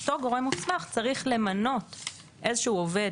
ואותו גורם מוסמך צריך למנות איזשהו עובד,